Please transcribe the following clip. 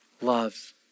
loves